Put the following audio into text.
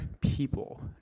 people